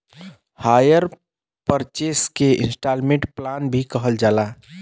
hire purchase के installment plan भी कहल जाला